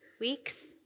Weeks